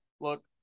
look